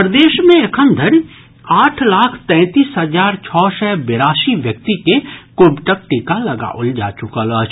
प्रदेश मे एखन धरि आठ लाख तैंतीस हजार छओ सय बेरासी व्यक्ति के कोविडक टीका लगाओल जा चुकल अछि